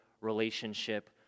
relationship